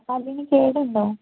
പല്ലിനു കേടുണ്ടോ